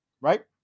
right